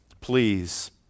Please